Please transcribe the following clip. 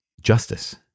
justice